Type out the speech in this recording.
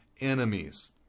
enemies